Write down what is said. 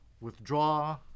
Withdraw